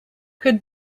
could